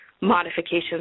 modifications